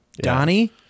Donnie